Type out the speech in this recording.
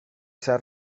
s’ha